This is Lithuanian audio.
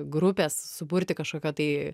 grupės suburti kažkokio tai